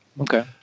okay